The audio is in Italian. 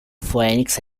phoenix